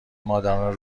مادران